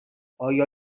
آیا